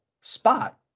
spot